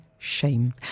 Shame